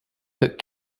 took